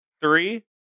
three